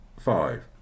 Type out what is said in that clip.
five